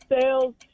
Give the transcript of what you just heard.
sales